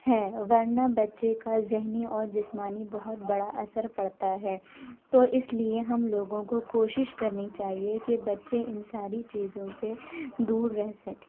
ہے ورنہ بچے کا ذہنی اور جسمانی بہت بڑا اثر پڑتا ہے تو اس لیے ہم لوگوں کو کوشش کرنی چاہیے کہ بچے ان ساری چیزوں سے دور رہ سکیں